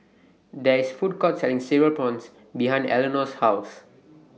There IS A Food Court Selling Cereal Prawns behind Elinore's House